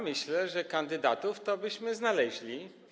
Myślę, że kandydatów byśmy znaleźli.